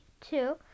two